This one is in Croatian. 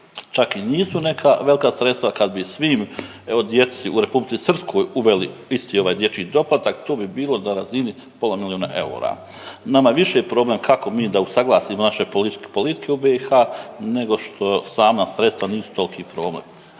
čak i nisu neka velika sredstva kad bi svim evo djeci u Republici Srpskoj uveli isti ovaj dječji doplatak to bi bilo na razini pola milijuna eura. Nama je više problem kako mi da usaglasimo naše politike u BiH, nego što sama sredstva nisu toliki problem.